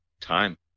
time